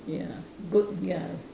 ya good ya